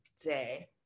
day